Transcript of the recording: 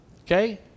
okay